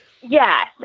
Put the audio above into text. Yes